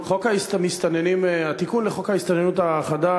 תצביע בעד.